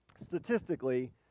Statistically